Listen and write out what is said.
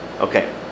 okay